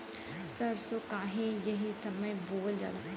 सरसो काहे एही समय बोवल जाला?